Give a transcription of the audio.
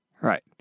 Right